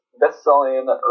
best-selling